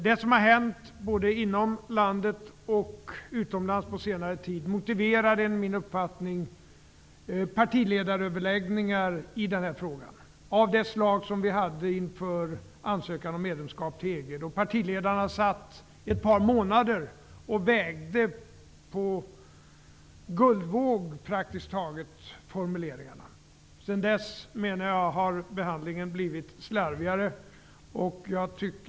Det som hänt, både inom landet och utomlands på senare tid, motiverar enligt min uppfattning partiledaröverläggningar i den här frågan av samma slag som vi hade inför ansökan om medlemskap i EG. Då satt partiledarna ett par månader och vägde formuleringarna praktiskt taget på guldvåg. Sedan dess har, menar jag, behandlingen blivit slarvigare.